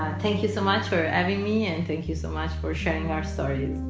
and thank you so much for having me. and thank you so much for sharing our story.